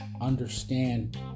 understand